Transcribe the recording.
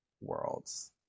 worlds